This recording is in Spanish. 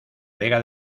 vega